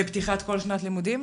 בפתיחת כל שנת לימודים?